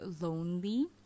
lonely